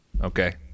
Okay